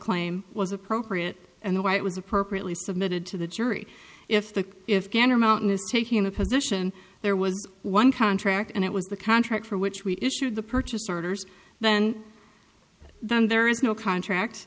claim was appropriate and why it was appropriately submitted to the jury if the if gander mountain is taking a position there was one contract and it was the contract for which we issued the purchase orders then then there is no contract